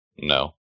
No